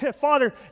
Father